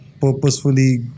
purposefully